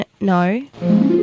No